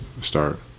start